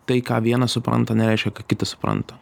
tai ką vienas supranta nereiškia kad kitas supranta